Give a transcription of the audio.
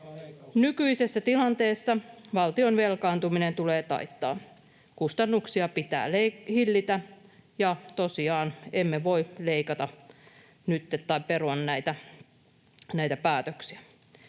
Nykyisessä tilanteessa valtion velkaantuminen tulee taittaa. Kustannuksia pitää hillitä — ja tosiaan, emme voi perua näitä päätöksiä.